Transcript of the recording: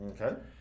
Okay